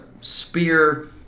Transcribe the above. spear